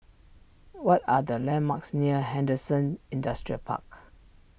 what are the landmarks near Henderson Industrial Park